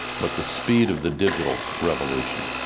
but the speed of the digital revolution.